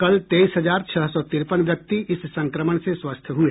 कल तेईस हजार छह सौ तिरपन व्यक्ति इस संक्रमण से स्वस्थ हुए